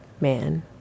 man